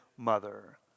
Mother